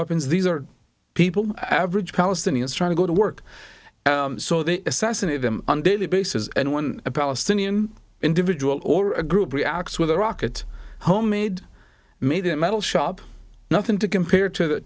weapons these are people average palestinians trying to go to work so they assassinate them on daily basis and when a palestinian individual or a group reacts with a rocket homemade made in metal shop nothing to compare to the